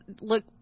look